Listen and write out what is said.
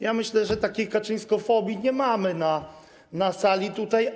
Ja myślę, że takiej kaczyńskofobii nie mamy na sali tutaj.